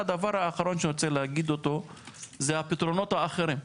לבסוף, הפתרונות האחרים.